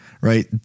right